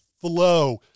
flow